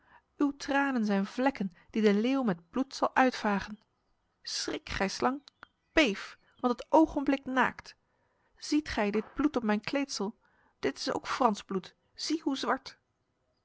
uw tranen zijn vlekken die de leeuw met bloed zal uitvagen schrik gij slang beef want het ogenblik naakt ziet gij dit bloed op mijn kleedsel dit is ook frans bloed zie hoe zwart